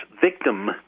victim